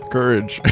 Courage